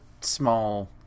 small